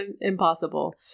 impossible